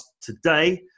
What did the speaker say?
today